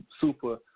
super